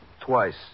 Twice